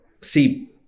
See